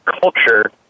culture